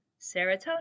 Serotonin